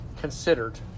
considered